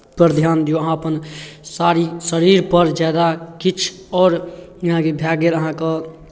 पर ज्यादा ध्यान दियौ अहाँ अपन सारी शरीरपर ज्यादा किछु आओर जेनाकि भए गेल अहाँके